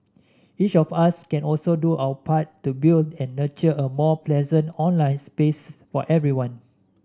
each of us can also do our part to build and nurture a more pleasant online space for everyone